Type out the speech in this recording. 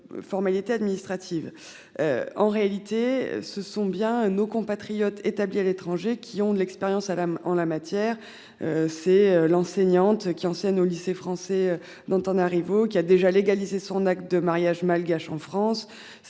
formalités administratives. En réalité, ce sont bien nos compatriotes établis à l'étranger qui ont de l'expérience à en la matière. C'est l'enseignante qui ancienne au lycée français dont on arrive rivaux qui a déjà légalisé son acte de mariage malgache en France